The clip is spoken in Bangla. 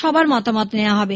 সবার মতামত নেওয়া হবে